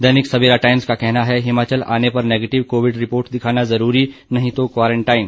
दैनिक Savera Times का कहना है हिमाचल आने पर नेगेटिव कोविड रिपोर्ट दिखाना जरूरी नहीं तो क्वारंटाइन